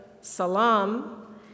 salam